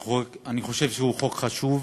אני חושב שהוא חוק חשוב,